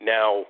Now